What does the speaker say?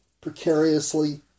precariously